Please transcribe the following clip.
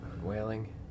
wailing